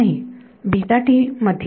नाही मध्ये